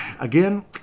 Again